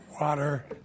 water